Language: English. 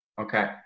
Okay